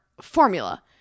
formula